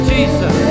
Jesus